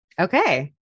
Okay